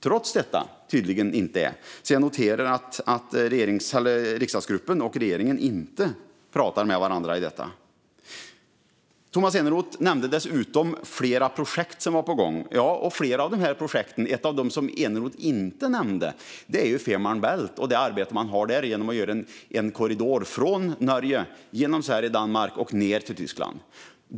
Trots detta är man tydligen inte det, så jag noterar att riksdagsgruppen och regeringen inte pratar med varandra om detta. Tomas Eneroth nämnde dessutom flera projekt som var på gång. Ett av de projekt som han inte nämnde är Fehmarn Bält och det arbete man har där genom att göra en korridor från Norge genom Sverige och Danmark och ned till Tyskland.